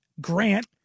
Grant